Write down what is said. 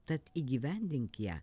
tad įgyvendink ją